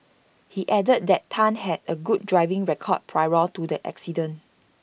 he added that Tan had A good driving record prior to the accident